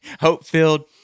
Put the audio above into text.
hope-filled